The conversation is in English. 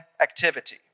activity